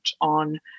on